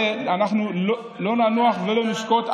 בנושא הזה אנחנו לא ננוח ולא נשקוט,